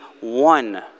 one